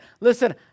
listen